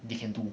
they can do